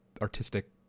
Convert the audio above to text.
artistic